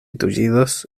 tullidos